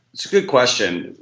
it's a good question.